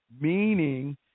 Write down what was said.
meaning